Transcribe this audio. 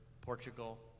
Portugal